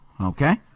Okay